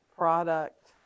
product